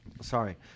Sorry